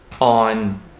on